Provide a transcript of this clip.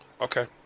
Okay